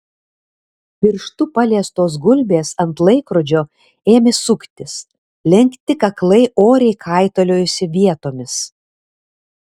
pirštu paliestos gulbės ant laikrodžio ėmė suktis lenkti kaklai oriai kaitaliojosi vietomis